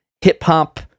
hip-hop